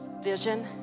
vision